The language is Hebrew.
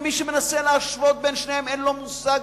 ומי שמנסה להשוות בין שניהם אין לו מושג,